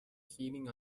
heating